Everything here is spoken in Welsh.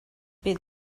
bydd